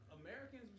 Americans